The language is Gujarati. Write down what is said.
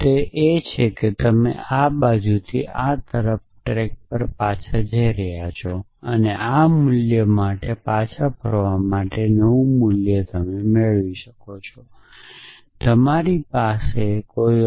જો તમે આ બાજુથી આ તરફ બેકટ્રેક કરી રહ્યા છો તો પછી આ માટે મૂળ મૂલ્ય પર પાછા ફરો